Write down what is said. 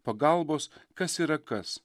pagalbos kas yra kas